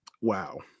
wow